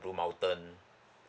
blue mountain